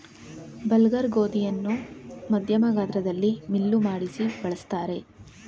bulgur ಗೋಧಿಯನ್ನು ಮಧ್ಯಮ ಗಾತ್ರದಲ್ಲಿ ಮಿಲ್ಲು ಮಾಡಿಸಿ ಬಳ್ಸತ್ತರೆ